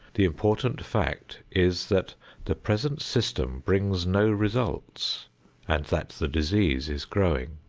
the important fact is that the present system brings no results and that the disease is growing.